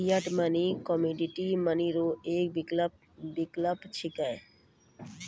fiat money commodity money रो एक विकल्प छिकै